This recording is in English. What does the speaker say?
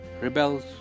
rebels